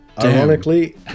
Ironically